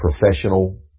professional